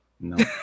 no